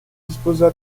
disposa